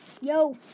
Yo